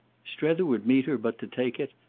strether would meet her but to take it,